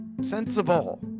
sensible